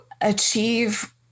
achieve